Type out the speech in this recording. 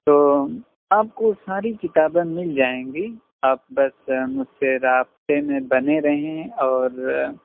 تو آپ کو ساری کتابیں مل جائیں گی آپ بس مجھ سے رابطے میں بنے رہیں اور